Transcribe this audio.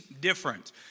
different